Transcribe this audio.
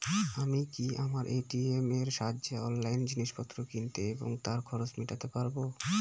আমি কি আমার এ.টি.এম এর সাহায্যে অনলাইন জিনিসপত্র কিনতে এবং তার খরচ মেটাতে পারব?